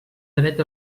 dret